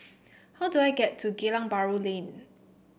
how do I get to Geylang Bahru Lane